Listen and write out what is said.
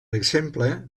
exemple